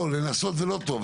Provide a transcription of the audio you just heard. לא, לנסות זה לא טוב.